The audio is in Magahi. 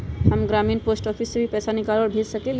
हम ग्रामीण पोस्ट ऑफिस से भी पैसा निकाल और भेज सकेली?